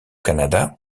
canada